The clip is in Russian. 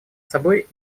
собой